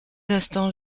instants